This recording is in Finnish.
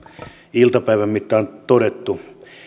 iltapäivän mittaan todettu